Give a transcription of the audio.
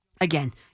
Again